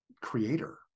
creator